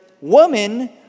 Woman